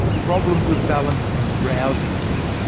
problems with balance, and drowsiness.